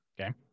Okay